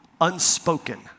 unspoken